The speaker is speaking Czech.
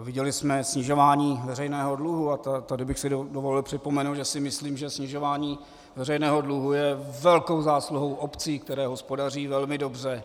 Viděli jsme snižování veřejného dluhu, a tady bych si dovolil připomenout, že si myslím, že snižování veřejného dluhu je velkou zásluhou obcí, které hospodaří velmi dobře.